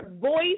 voice